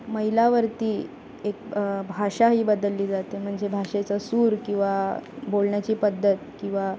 मैलावरती एक भाषा ही बदलली जाते म्हणजे भाषेचं सूर किंवा बोलण्याची पद्धत किंवा